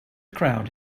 crowd